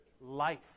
life